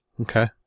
Okay